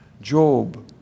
Job